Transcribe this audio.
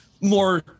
more